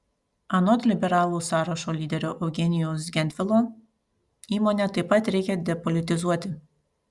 anot liberalų sąrašo lyderio eugenijaus gentvilo įmonę taip pat reikia depolitizuoti